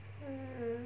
mm